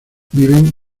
viven